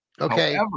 Okay